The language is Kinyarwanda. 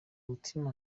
mutima